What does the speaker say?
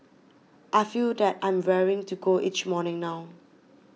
I feel that I'm raring to go each morning now